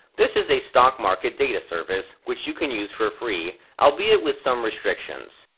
this is a stock market data service, which you can use for free, albeit with some restrictions.